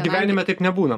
gyvenime taip nebūna